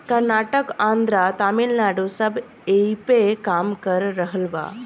कर्नाटक, आन्द्रा, तमिलनाडू सब ऐइपे काम कर रहल बा